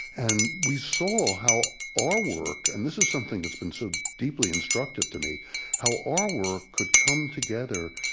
and we saw how our work and this is something that's been so deeply instructive to me how our work could come together,